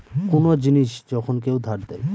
কোন জিনিস যখন কেউ ধার দেয়